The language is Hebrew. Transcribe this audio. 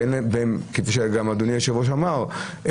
כפי שגם אדוני היושב-ראש אמר,